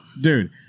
dude